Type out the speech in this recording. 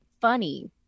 funny